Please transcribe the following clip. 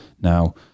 Now